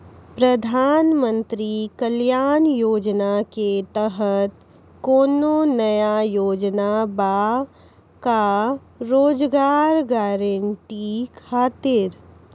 प्रधानमंत्री कल्याण योजना के तहत कोनो नया योजना बा का रोजगार गारंटी खातिर?